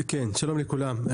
שלום לכולם.